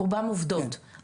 רובן עובדות, אוקיי.